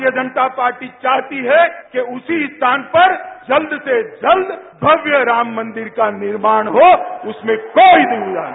भारतीय जनता पार्टी चाहती है कि उसी स्थान पर जल्द से जल्द भव्य राम मनदिर का निर्माण हो उसमें कोई दुविधा नहीं